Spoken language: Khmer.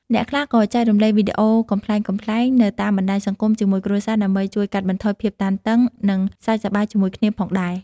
អ្នកខ្លះក៏ចែករំលែកវីដេអូកំប្លែងៗនៅតាមបណ្ដាញសង្គមជាមួយគ្រួសារ ដើម្បីជួយកាត់បន្ថយភាពតានតឹង និងសើចសប្បាយជាមួយគ្នាផងដែរ។